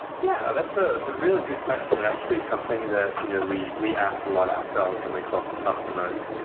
yeah. that's ah a really good question and actually something that we we ask a lot ourselves when we talk to customers.